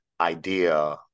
idea